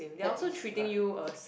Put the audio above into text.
that is right